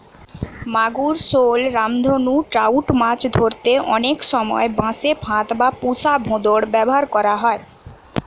মাগুর, শল, রামধনু ট্রাউট মাছ ধরতে অনেক সময় বাঁশে ফাঁদ বা পুশা ভোঁদড় ব্যাভার করা হয়